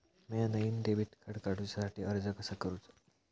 म्या नईन debit card काडुच्या साठी अर्ज कसा करूचा?